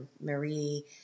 Marie